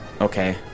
Okay